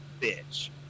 bitch